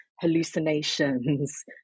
hallucinations